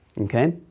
Okay